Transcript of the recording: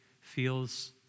feels